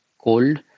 cold